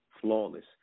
Flawless